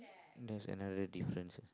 there is another difference